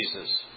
Jesus